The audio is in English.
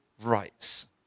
rights